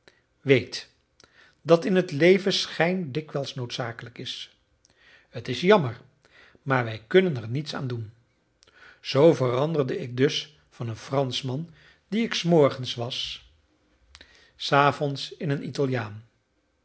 weet dat in het leven schijn dikwijls noodzakelijk is t is jammer maar wij kunnen er niets aan doen zoo veranderde ik dus van een franschman die ik s morgens was s avonds in een italiaan